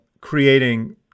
creating